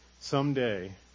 Someday